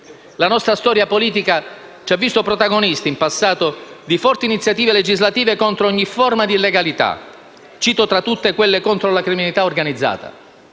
La nostra storia politica ci ha visti protagonisti, in passato, di forti iniziative legislative contro ogni forma di illegalità. Cito tra tutte, quelle contro la criminalità organizzata.